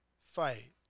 fight